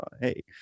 Hey